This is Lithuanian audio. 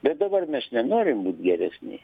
bet dabar mes nenorim būt geresni